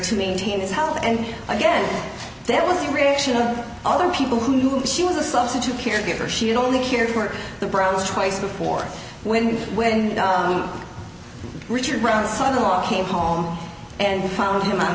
to maintain his health and i guess that was the reaction of other people who knew she was a substitute caregiver she only cared for the browns twice before when when richard run son in law came home and found him on